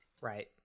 right